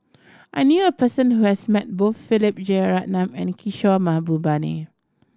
I knew a person who has met both Philip Jeyaretnam and Kishore Mahbubani